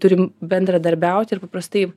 turime bendradarbiaut ir paprastai